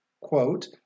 Quote